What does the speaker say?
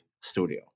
studio